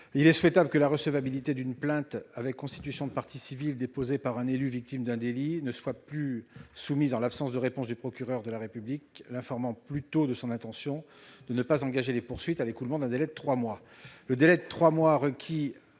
Il est souhaitable que la recevabilité d'une plainte avec constitution de partie civile déposée par un élu victime d'un délit ne soit plus soumise, en l'absence de réponse du procureur de la République l'informant de son intention de ne pas engager les poursuites, à l'écoulement d'un délai de trois mois. Le délai de trois mois requis